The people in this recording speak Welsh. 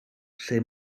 lle